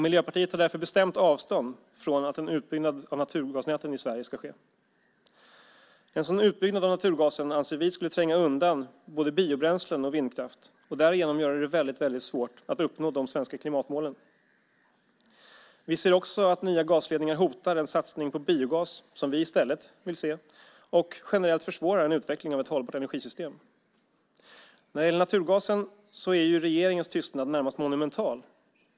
Miljöpartiet tar därför bestämt avstånd från en utbyggnad av naturgasnäten i Sverige. En sådan utbyggnad av naturgasen anser vi skulle tränga undan både biobränslen och vindkraft och därigenom göra det väldigt svårt att uppnå de svenska klimatmålen. Vi anser också att nya gasledningar hotar den satsning på biogas som vi i stället vill se och generellt försvårar utvecklingen av ett hållbart energisystem. När det gäller naturgasen är regeringens tystnad närmast monumental.